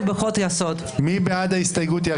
את מזלזלת בהסתייגויות שאת